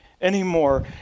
anymore